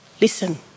listen